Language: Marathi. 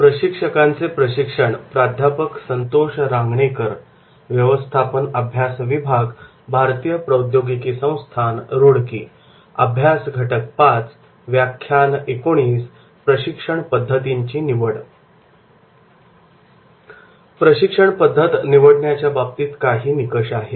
प्रशिक्षण पद्धत निवडण्याच्या बाबतीत काही निकष आहेत